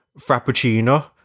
frappuccino